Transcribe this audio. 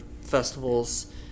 festivals